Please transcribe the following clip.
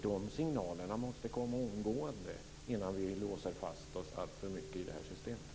Dessa signaler måste komma omgående innan man låser fast sig alltför mycket i det här systemet.